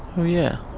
oh yeah.